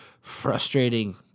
frustrating